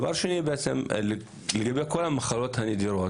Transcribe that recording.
דבר שני, לגבי כל המחלות הנדירות,